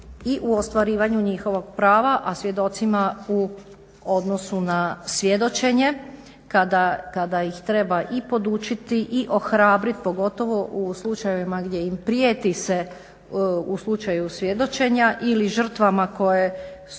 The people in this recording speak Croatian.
i u ostvarivanju njihovog prava, a svjedocima u odnosu na svjedočenje kada ih treba i podučiti i ohrabrit pogotovo u slučajevima gdje im prijeti se u slučaju svjedočenja ili žrtvama koje je